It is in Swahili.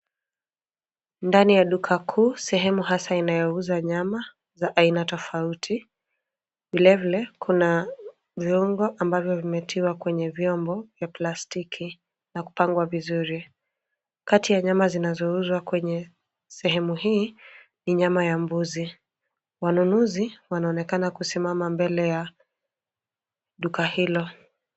Ndani ya duka kuu, sehemu hasa inyoauza nyama za aina tofauti vile vile kuna viungo ambavyo vimetiwa kwenye vyombo vya plastiki na kupangwa vizuri. Kati ya nyama zinazouzwa kwenye sehemu hii ni nyama ya mbuzi. Wanunuzi wanaonekana kusimama mbele ya duka hilo.